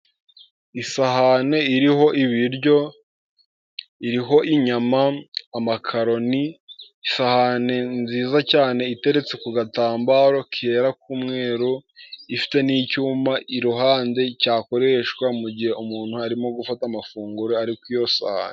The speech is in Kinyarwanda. Isahani iriho ibiryo, iriho inyama ,amakaroni, isahani nziza cyane iteretse ku gatambaro kera k'umweru, ifite n'icyuma iruhande cyakoreshwa mu gihe umuntu arimo gufata amafunguro ari ku iyo sahane.